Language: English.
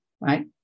right